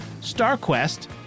StarQuest